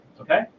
okay